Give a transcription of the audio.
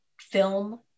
Film